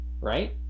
right